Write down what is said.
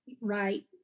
right